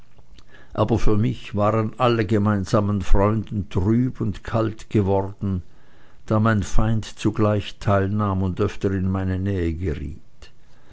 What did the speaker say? aber für mich waren alle gemeinsamen freuden trüb und kalt geworden da mein feind zugleich teilnahm und öfter in meine nähe geriet